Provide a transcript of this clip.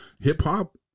hip-hop